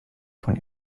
von